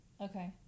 Okay